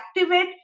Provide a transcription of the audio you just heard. activate